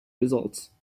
results